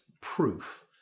proof